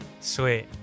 Sweet